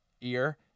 ear